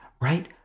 right